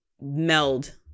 meld